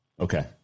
Okay